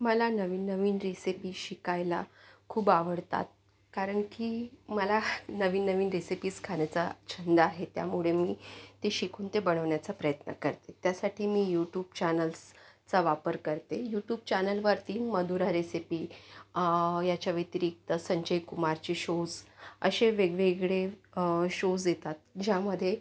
मला नवीन नवीन रेसिपी शिकायला खूप आवडतात कारण की मला नवीन नवीन रेसिपीज खाण्याचा छंद आहे त्यामुळे मी ते शिकून ते बनवण्याचा प्रयत्न करते त्यासाठी मी यूट्यूब चॅनल्सचा वापर करते यूट्यूब चॅनलवरती मधुरा रेसिपी ह्याच्या व्यतिरिक्त संजय कुमारचे शोज असे वेगवेगळे शोज येतात ज्यामध्ये